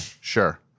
Sure